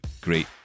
great